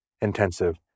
intensive